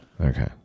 okay